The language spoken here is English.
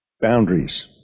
boundaries